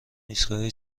ایستگاه